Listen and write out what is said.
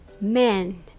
men